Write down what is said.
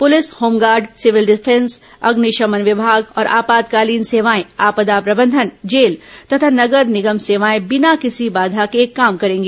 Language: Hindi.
पुलिस होमगार्ड सिविल डिफेंस अग्निशमन विमाग और आपातकालीन सेवाएं आपदा प्रबंधन जेल तथा नगर निगम सेवाएं बिना किसी बाधा के काम करेंगी